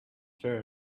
fair